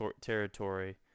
territory